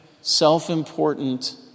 self-important